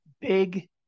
big